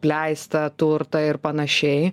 apleistą turtą ir panašiai